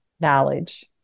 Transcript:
knowledge